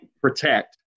protect